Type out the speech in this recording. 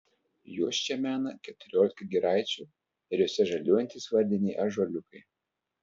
juos čia mena keturiolika giraičių ir jose žaliuojantys vardiniai ąžuoliukai